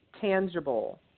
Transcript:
tangible